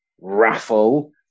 raffle